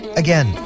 again